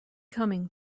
coming